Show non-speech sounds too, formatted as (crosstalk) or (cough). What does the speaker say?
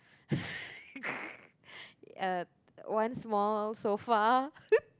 (laughs) uh one small sofa (laughs)